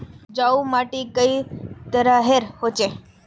उपजाऊ माटी कई तरहेर होचए?